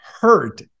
hurt